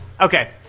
Okay